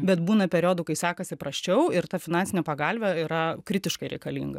bet būna periodų kai sekasi prasčiau ir ta finansinė pagalvė yra kritiškai reikalinga